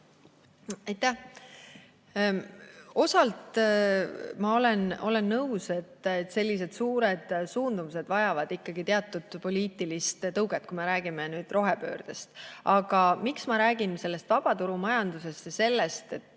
Aitäh! Osalt ma olen nõus, et sellised suured suundumused vajavad teatud poliitilist tuge, kui me räägime rohepöördest. Aga põhjus, miks ma räägin vabaturumajandusest ja sellest, et